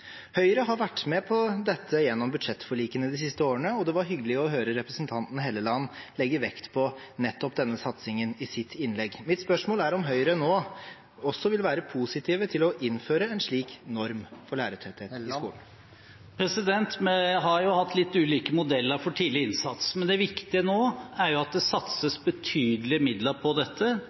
Høyre har vært med på dette gjennom budsjettforlikene de siste årene, og det var hyggelig å høre representanten Helleland legge vekt på nettopp denne satsingen i sitt innlegg. Mitt spørsmål er om Høyre nå også vil være positiv til å innføre en slik norm for lærertetthet i skolen. Vi har hatt litt ulike modeller for tidlig innsats, men det viktige nå er at det satses betydelige midler på dette.